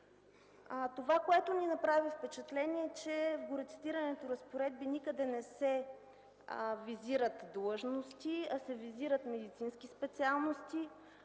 Това, което ни направи впечатление, е, че в горе цитираните разпоредби никъде не се визират длъжности, а се визират медицински специалности,